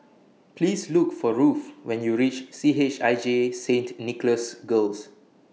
Please Look For Ruthe when YOU REACH C H I J Saint Nicholas Girls